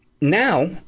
Now